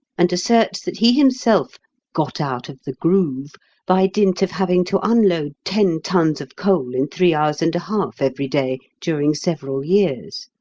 and asserts that he himself got out of the groove by dint of having to unload ten tons of coal in three hours and a half every day during several years.